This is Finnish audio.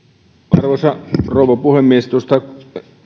arvoisa rouva puhemies tuosta